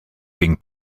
being